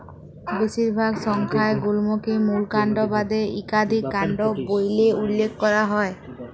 বেশিরভাগ সংখ্যায় গুল্মকে মূল কাল্ড বাদে ইকাধিক কাল্ড ব্যইলে উল্লেখ ক্যরা হ্যয়